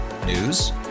News